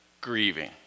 Grieving